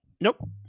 Nope